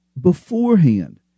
beforehand